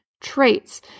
traits